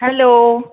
hello